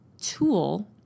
tool